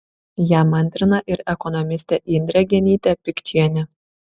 jam antrina ir ekonomistė indrė genytė pikčienė